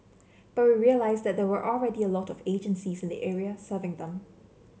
but we realised that there were already a lot of agencies in the area serving them